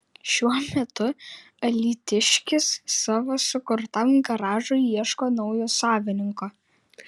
šiuo metu alytiškis savo sukurtam garažui ieško naujo savininko